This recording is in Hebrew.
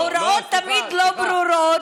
ההוראות תמיד לא ברורות.